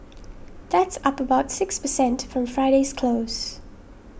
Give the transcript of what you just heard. that's up about six per cent from Friday's close